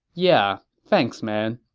yeah, thanks man.